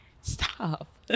Stop